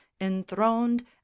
enthroned